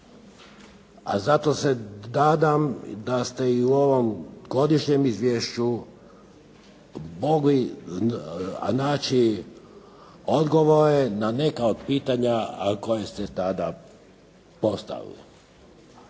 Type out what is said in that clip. Zato se nadam da ste i u ovom godišnjem izvješću mogli naći odgovore na neka od pitanja koja ste tada postavili.